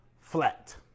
flat